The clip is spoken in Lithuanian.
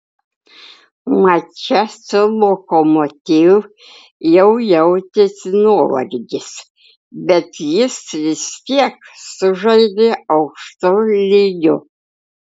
mače su lokomotiv jau jautėsi nuovargis bet jis vis tiek sužaidė aukštu lygiu